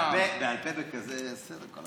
בעל פה, כל הכבוד.